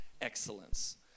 excellence